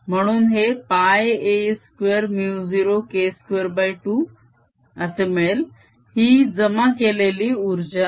म्हणून हे a20K22 मिळेल ही जमा केलेली उर्जा आहे